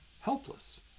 helpless